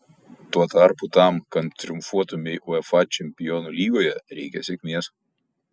tuo tarpu tam kad triumfuotumei uefa čempionų lygoje reikia sėkmės